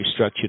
restructured